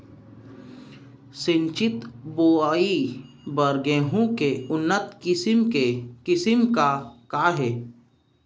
सिंचित बोआई बर गेहूँ के उन्नत किसिम का का हे??